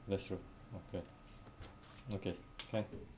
that's true okay okay can